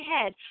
head